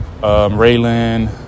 Raylan